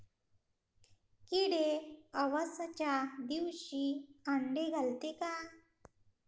किडे अवसच्या दिवशी आंडे घालते का?